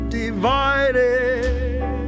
divided